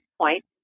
point